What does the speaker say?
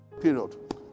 Period